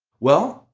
well,